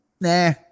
Nah